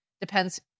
depends